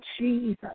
Jesus